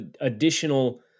additional